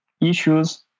issues